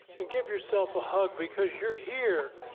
and give yourself a hug because you're here,